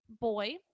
boy